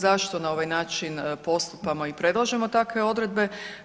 Zašto na ovaj način postupamo i predlažemo takve odredbe?